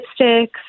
lipsticks